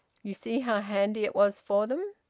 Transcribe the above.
you see how handy it was for them.